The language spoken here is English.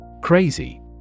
Crazy